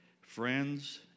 friends